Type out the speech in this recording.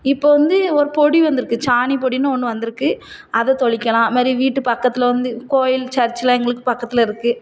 இப்போது வந்து ஒரு பொடி வந்துருக்குது சாணிப்பொடின்னு ஒன்று வந்துருக்குது அதை தெளிக்கலாம் இதுமாரி வீட்டு பக்கத்தில் வந்து கோயில் சர்ச்செலாம் எங்களுக்கு பக்கத்தில் இருக்குது